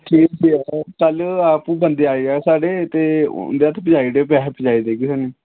हा ठीक ऐ कल आपूं बंदे आई जाङन साढ़े ते उं'दे हत्थ पजाई देओ पैसे पजाई देगे तुआनूं